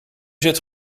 zit